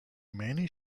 many